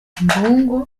mbungo